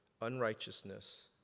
Unrighteousness